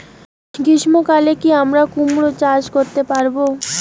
গ্রীষ্ম কালে কি আমরা কুমরো চাষ করতে পারবো?